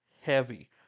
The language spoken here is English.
heavy